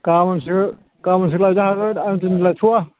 गाबोनसो गाबोनसो लायनो हागोन आं दिनै लायथ'वा